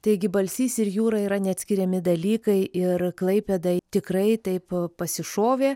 taigi balsys ir jūra yra neatskiriami dalykai ir klaipėdai tikrai taip pasišovė